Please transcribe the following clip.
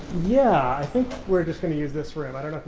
yeah. i think we're just going to use this room. i don't